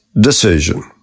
decision